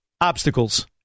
obstacles